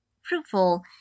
fruitful